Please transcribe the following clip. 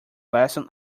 lesson